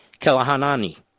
Kelahanani